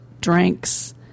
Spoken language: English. drinks